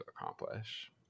accomplish